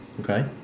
Okay